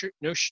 no